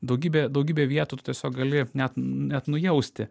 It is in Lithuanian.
daugybę daugybę vietų tiesiog gali net net nujausti